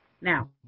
Now